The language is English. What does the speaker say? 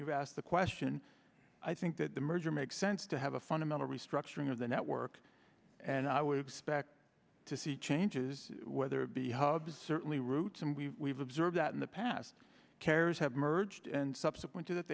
you've asked the question i think that the merger makes sense to have a fundamental restructuring of the network and i would expect to see changes whether it be hubs certainly routes and we have observed that in the past carriers have merged and subsequent to that